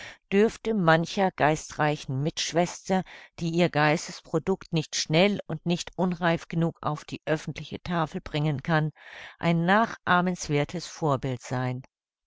dürfte mancher geistreichen mitschwester die ihr geistesprodukt nicht schnell und nicht unreif genug auf die öffentliche tafel bringen kann ein nachahmenswerthes vorbild sein